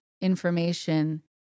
information